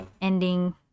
ending